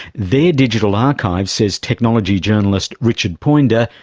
their digital archive, says technology journalist richard poydner,